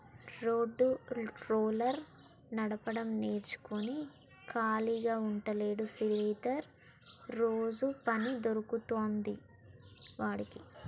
road roller నడపడం నేర్చుకుని ఖాళీగా ఉంటలేడు శ్రీధర్ రోజు పని దొరుకుతాంది వాడికి